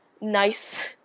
nice